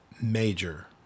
Major